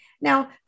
Now